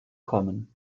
kommen